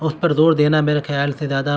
اس پر زور دینا میرے خیال سے زیادہ